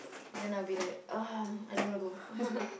then I will be like uh I don't want to go